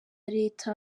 leta